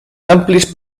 amplis